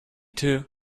too